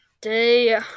Day